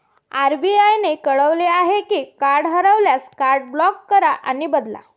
RBI ने कळवले आहे की कार्ड हरवल्यास, कार्ड ब्लॉक करा आणि बदला